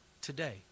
today